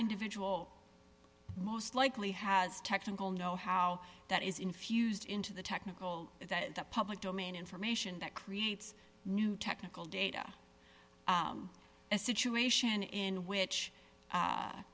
individual most likely has technical know how that is infused into the technical that the public domain information that creates new technical data a situation in which